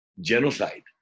genocide